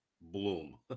bloom